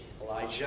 Elijah